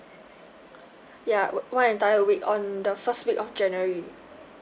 ya on~ one entire week on the first week of january